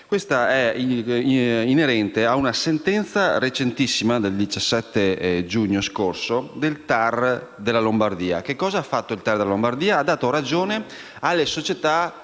finestra"), inerente a una sentenza recentissima (17 giugno scorso) del TAR della Lombardia. Cosa ha fatto il TAR della Lombardia? Ha dato ragione alle società